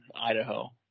Idaho